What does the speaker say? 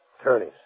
Attorneys